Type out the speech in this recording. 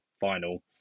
final